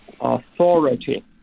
authority